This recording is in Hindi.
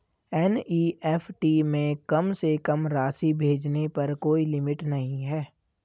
एन.ई.एफ.टी में कम से कम राशि भेजने पर कोई लिमिट नहीं है